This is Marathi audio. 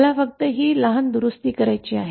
मला फक्त ही लहान दुरुस्ती करायची आहे